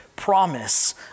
promise